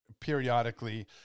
periodically